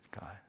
God